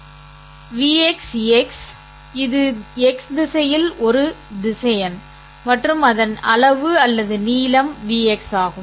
Vx x̂ இது X திசையில் ஒரு திசையன் மற்றும் அதன் அளவு அல்லது நீளம் Vx ஆகும்